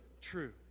true